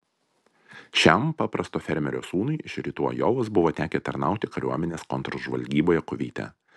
šiam paprasto fermerio sūnui iš rytų ajovos buvo tekę tarnauti kariuomenės kontržvalgyboje kuveite